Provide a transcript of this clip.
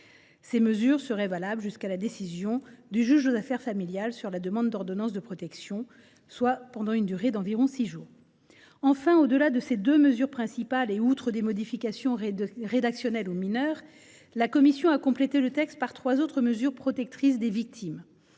Ces mesures seraient valables jusqu’à la décision du juge aux affaires familiales sur la demande d’ordonnance de protection, soit pendant une durée d’environ six jours. Enfin, au delà de ces deux mesures principales et outre des modifications rédactionnelles ou mineures, la commission a complété le texte par trois autres mesures protectrices des victimes.